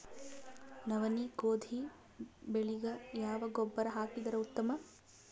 ನವನಿ, ಗೋಧಿ ಬೆಳಿಗ ಯಾವ ಗೊಬ್ಬರ ಹಾಕಿದರ ಉತ್ತಮ?